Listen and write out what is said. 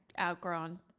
outgrown